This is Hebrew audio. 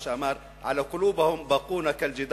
כפי שאמר: (נושא דברים בשפה הערבית,